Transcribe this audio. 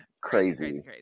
Crazy